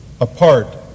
apart